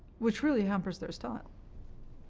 which really hampers their style.